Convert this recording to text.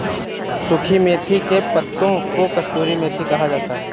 सुखी मेथी के पत्तों को कसूरी मेथी कहा जाता है